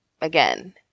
Again